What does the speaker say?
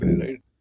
right